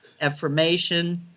Affirmation